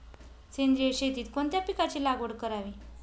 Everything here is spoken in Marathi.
सेंद्रिय शेतीत कोणत्या पिकाची लागवड करावी?